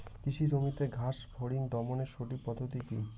কৃষি জমিতে ঘাস ফরিঙ দমনের সঠিক পদ্ধতি কি?